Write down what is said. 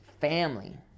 family